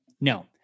no